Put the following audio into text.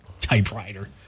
typewriter